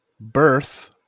birth